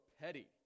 petty